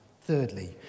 Thirdly